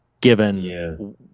given